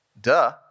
Duh